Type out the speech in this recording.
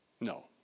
No